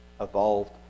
evolved